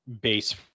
base